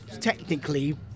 technically